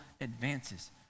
advances